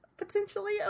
potentially